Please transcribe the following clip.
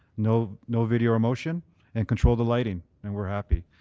no no video or motion and control the lighting and we're happy.